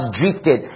drifted